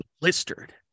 blistered